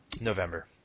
November